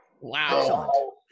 Wow